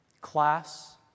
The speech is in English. class